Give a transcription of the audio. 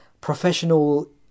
professional